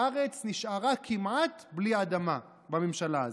הארץ נשארה כמעט בלי אדמה בממשלה הזאת.